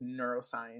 neuroscience